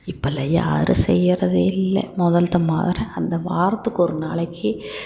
இப்போ எல்லாம் யாரும் செய்கிறதே இல்லை முதல்த்த மாதிரி அந்த வாரத்துக்கு ஒரு நாளைக்கு